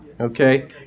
okay